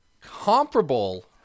comparable